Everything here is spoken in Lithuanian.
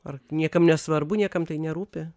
ar niekam nesvarbu niekam tai nerūpi